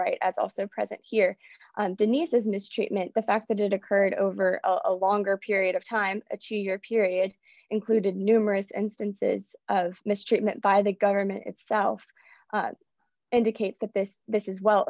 right as also present here denise is mistreatment the fact that it occurred over a longer period of time achieve your period included numerous instances of mistreatment by the government itself indicate that this this is well